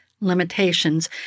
Limitations